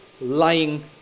lying